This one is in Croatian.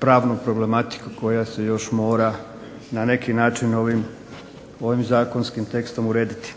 pravnu problematiku koja se još mora na neki način ovim zakonskim tekstom urediti.